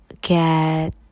get